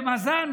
בבז"ן,